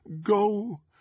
Go